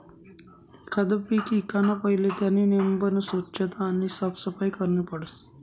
एखांद पीक ईकाना पहिले त्यानी नेमबन सोच्छता आणि साफसफाई करनी पडस